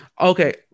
okay